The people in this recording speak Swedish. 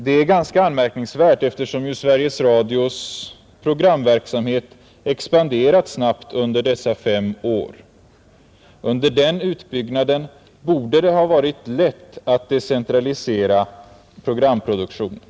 Det är ganska anmärkningsvärt eftersom ju Sveriges Radios programverksamhet har expanderat snabbt under dessa fem år. Under den utbyggnaden borde det ha varit lätt att decentralisera programproduktionen.